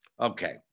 Okay